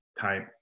type